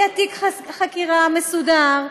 יהיה תיק חקירה מסודר,